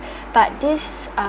but this